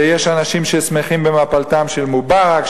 ויש אנשים ששמחים במפלתם של מובארק,